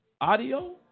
Audio